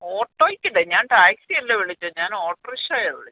ഓട്ടോയ്ക്ക് അല്ലേ ഞാൻ ടാക്സിയല്ല വിളിച്ചത് ഞാൻ ഓട്ടോറിഷയാ വിളിച്ചത്